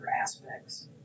aspects